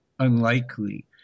unlikely